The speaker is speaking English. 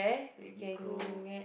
Uniqlo